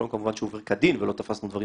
כמובן שהוא עבר כדין ולא תפסנו דברים